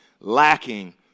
lacking